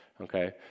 okay